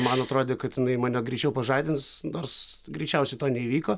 man atrodė kad jinai mane greičiau pažadins nors greičiausiai to neįvyko